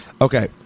Okay